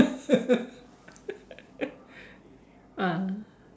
ah